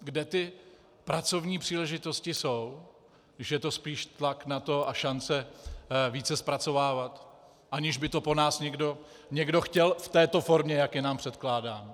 Kde ty pracovní příležitosti jsou, když je to spíš tlak na to a šance více zpracovávat, aniž by to po nás někdo chtěl v této formě, jak je nám předkládáno?